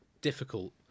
difficult